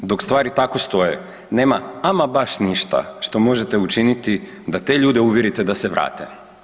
Dok stvari tako stoje, nema ama baš ništa što možete učiniti da te ljude uvjerite da se vrate.